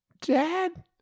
Dad